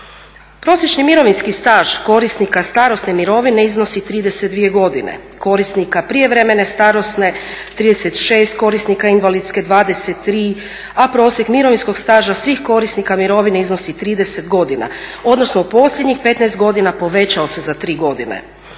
Prosječni mirovinski staž korisnika starosne mirovine iznosi 32 godine, korisnika prijevremene starosne 36,korisnika invalidske 23, a prosjek mirovinskog staža svih korisnika mirovine iznosi 30 godina odnosno u posljednjih 15 godina povećao se za 3 godine.